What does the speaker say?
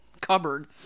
Cupboard